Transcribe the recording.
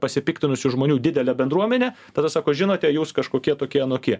pasipiktinusių žmonių didele bendruomene tada sako žinote jūs kažkokie tokie anokie